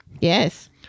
Yes